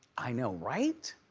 i know, right?